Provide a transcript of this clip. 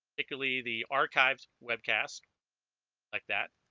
nicholae the archives webcast like that